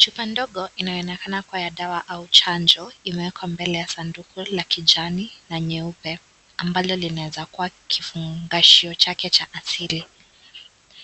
Chupa ndogo inaonekana kuwa ya dawa au chanjo imewekwa mbele ya sanduku la kijani na nyeupe ambalo linawezakuwa kifunga chake cha asili,